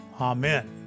Amen